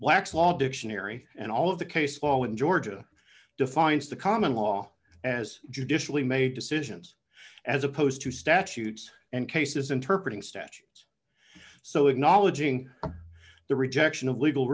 black's law dictionary and all of the case law in georgia defines the common law as judicially made decisions as opposed to statutes and cases interpret ng statutes so acknowledging the rejection of legal